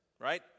right